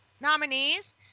nominees